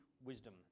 wisdom